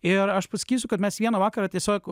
ir aš pasakysiu kad mes vieną vakarą tiesiog